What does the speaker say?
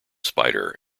spider